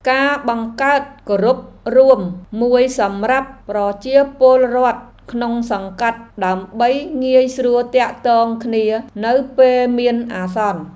ការបង្កើតគ្រុបរួមមួយសម្រាប់ប្រជាពលរដ្ឋក្នុងសង្កាត់ដើម្បីងាយស្រួលទាក់ទងគ្នានៅពេលមានអាសន្ន។